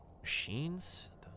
machines